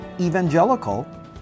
Evangelical